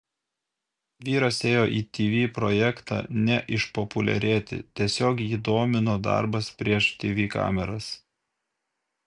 vyras ėjo į tv projektą ne išpopuliarėti tiesiog jį domino darbas prieš tv kameras